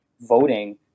voting